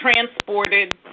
transported